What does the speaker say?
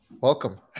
Welcome